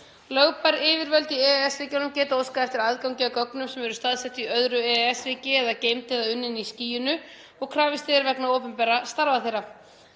Lögbær yfirvöld í EES-ríkjunum geta óskað eftir aðgangi að gögnum sem eru staðsett í öðru EES-ríki eða geymd eða unnin í skýinu og krafist er vegna opinberra starfa þeirra.